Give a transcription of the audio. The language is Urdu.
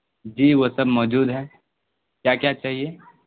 جی وہ سب موجود ہے کیا کیا چاہیے